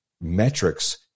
metrics